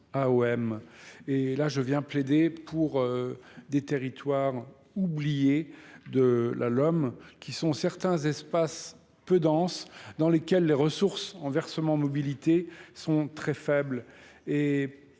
là je viens plaider pour des territoires oubliés de la lomme qui sont certains espaces peu denses dans lesquelles les ressources en versement mobilité sont très faibles